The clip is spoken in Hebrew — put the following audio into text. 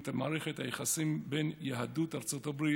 מערכת היחסים בין יהדות ארצות הברית